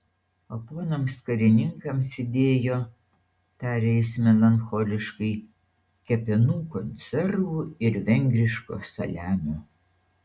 o ponams karininkams įdėjo tarė jis melancholiškai kepenų konservų ir vengriško saliamio